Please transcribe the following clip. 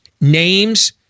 Names